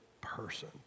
person